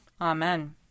Amen